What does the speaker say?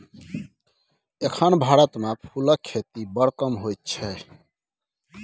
एखन भारत मे फुलक खेती बड़ कम होइ छै